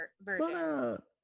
version